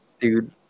Dude